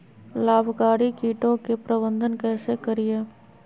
लाभकारी कीटों के प्रबंधन कैसे करीये?